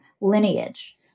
lineage